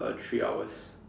uh three hours